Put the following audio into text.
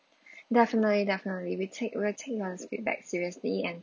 definitely definitely we take we'll take your feedback seriously and